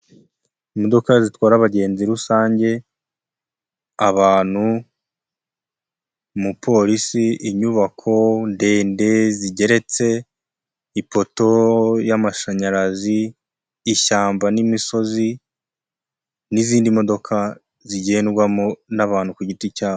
Imodoka zitwara abagenzi rusange, abantu, umupolisi, inyubako ndende zigeretse, ipoto y'amashanyarazi, ishyamba n'imisozi n'izindi modoka zigendwamo n'abantu ku giti cyabo.